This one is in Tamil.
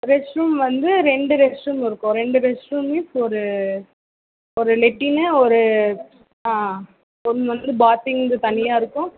ரெஸ்ட் ரூம் வந்து ரெண்டு ரெஸ்ட் ரூம் இருக்கும் ரெண்டு ரெஸ்ட் ரூமுமே ஒரு ஒரு லெட்டின்னு ஒரு ஆ ஒன்று வந்து பார்த்திங்க்கு தனியாக இருக்கும்